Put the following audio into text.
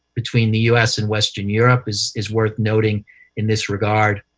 between the u s. and western europe is is worth noting in this regard.